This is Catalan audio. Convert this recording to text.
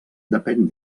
depèn